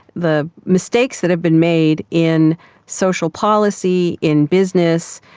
the mistakes that have been made in social policy, in business,